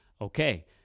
Okay